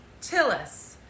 Tillis